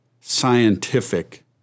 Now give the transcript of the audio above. scientific